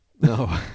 No